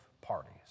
parties